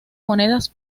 monedas